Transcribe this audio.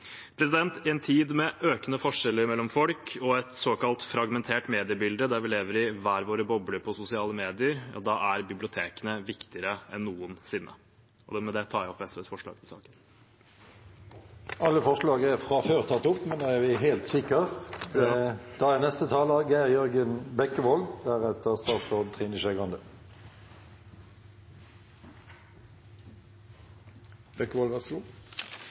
I en tid med økende forskjeller mellom folk og et såkalt fragmentert mediebilde, der vi lever i hver våre bobler på sosiale medier, er bibliotekene viktigere enn noensinne. I og med at vi har fått et budsjettforlik med regjeringspartiene, ber jeg om forståelse for at vi ikke kan støtte mange av disse forslagene, som selvfølgelig ville hatt budsjettkonsekvenser. Men det er